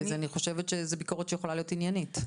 אני חושבת שזו ביקורת שיכולה להיות עניינית.